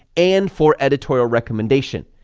and for editorial recommendation,